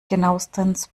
genauestens